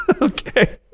Okay